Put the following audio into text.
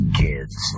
kids